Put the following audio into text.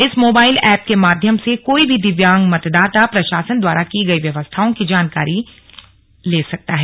इस mobile app के माध्यम से कोई भी दिव्यांग मतदाता प्रशासन द्वारा की गई व्यवस्थाओं की जानकारी ले सकता है